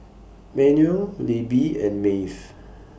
Manuel Libbie and Maeve